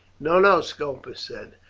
no, no, scopus said,